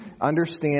Understand